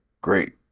great